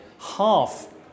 Half